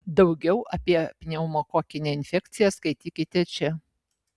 daugiau apie pneumokokinę infekciją skaitykite čia